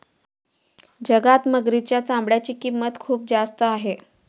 जगात मगरीच्या चामड्याची किंमत खूप जास्त आहे